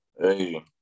hey